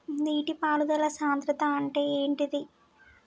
నీటి పారుదల సంద్రతా అంటే ఏంటిది?